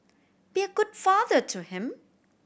be a good father to him